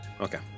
Okay